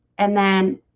and then